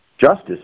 Justice